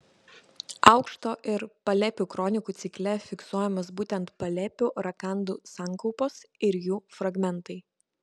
aukšto ir palėpių kronikų cikle fiksuojamos būtent palėpių rakandų sankaupos ir jų fragmentai